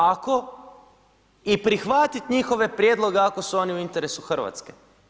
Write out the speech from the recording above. Ako i prihvatit njihove prijedloge ako su oni u interesu Hrvatske.